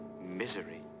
Misery